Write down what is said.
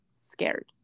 scared